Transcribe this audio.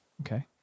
okay